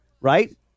Right